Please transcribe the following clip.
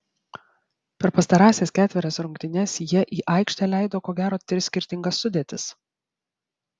per pastarąsias ketverias rungtynes jie į aikštę leido ko gero tris skirtingas sudėtis